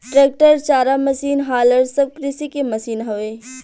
tractor, चारा machine, हालर सब कृषि के मशीन हवे